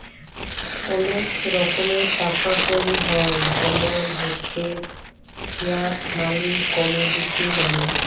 ওলেক রকমের টাকা কড়ি হ্য় জেমল হচ্যে ফিয়াট মালি, কমডিটি মালি